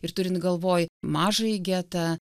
ir turint galvoj mažąjį getą